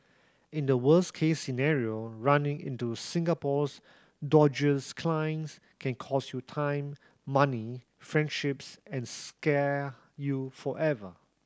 in the worst case scenario running into Singapore's dodgiest clients can cost you time money friendships and scar you forever